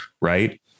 right